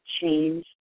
change